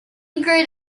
ingrid